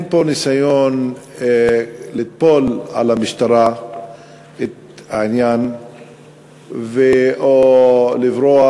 אין פה ניסיון לטפול על המשטרה את העניין או לברוח.